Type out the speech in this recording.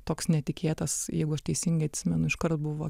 toks netikėtas jeigu aš teisingai atsimenu iškart buvo